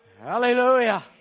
Hallelujah